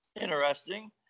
Interesting